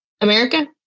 America